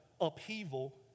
upheaval